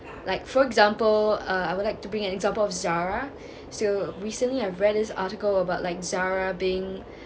like for example uh I would like to bring an example of zara so recently I've read this article about like zara being